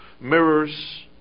mirrors